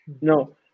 No